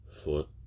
foot